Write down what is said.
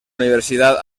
universidad